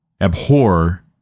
Abhor